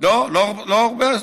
לא הרבה?